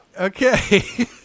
Okay